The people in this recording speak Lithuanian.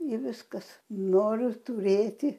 i viskas noriu turėti